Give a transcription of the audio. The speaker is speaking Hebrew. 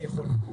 היכולת.